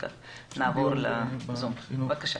בבקשה.